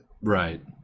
Right